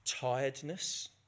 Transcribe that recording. tiredness